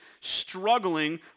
struggling